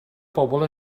bobl